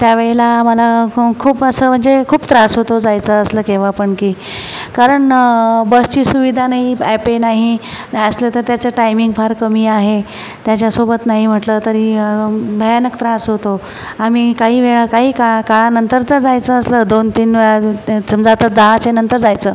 त्यावेळेला मला फों खूप असं म्हणजे खूप त्रास होतो जायचं असलं केव्हा पण की कारण बसची सुविधा नाही ॲपे नाही असलं तर त्याचं टायमिंग फार कमी आहे त्याच्यासोबत नाही म्हटलं तरी भयानक त्रास होतो आम्ही काहीवेळा काही काळ काळानंतरच जायचं असलं दोनतीन वेळा समजा आता दहाच्यानंतर जायचं